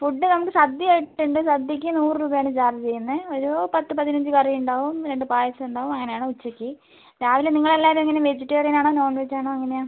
food നമുക്ക് സദ്യയായിട്ടുണ്ട് സദ്യയ്ക്ക് നൂറുരൂപയാണ് ചാർജ് ചെയ്യുന്നത് ഒരു പത്ത് പതിനഞ്ച് കറി ഉണ്ടാവും രണ്ട് പായസം ഉണ്ടാവും അങ്ങനെയാണ് ഉച്ചയ്ക്ക് രാവിലെ നിങ്ങളെല്ലാവരും എങ്ങനെയാണ് വെജിറ്റേറിയനാണോ നോൺവെജ് ആണോ എങ്ങനെയാണ്